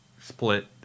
split